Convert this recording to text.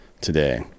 today